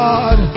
God